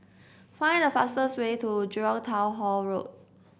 find the fastest way to Jurong Town Hall Road